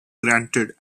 granted